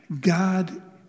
God